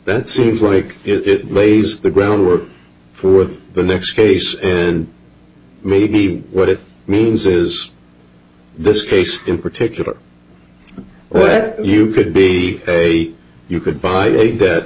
that seems like it lays the groundwork for the next case and maybe what it means is this case in particular you could be a you could buy a de